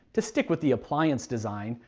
to stick with the appliance design,